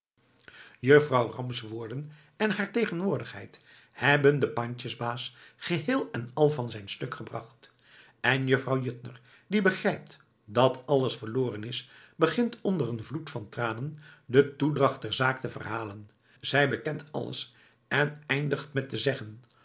juffrouw ram's woorden en haar tegenwoordigheid hebben den pandjesbaas geheel en al van zijn stuk gebracht en vrouw juttner die begrijpt dat alles verloren is begint onder een vloed van tranen de toedracht der zaak te verhalen zij bekent alles en eindigt met te zeggen